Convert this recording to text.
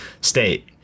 state